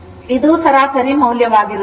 ಇದು ಸರಾಸರಿ ಮೌಲ್ಯವಾಗಿರುತ್ತದೆ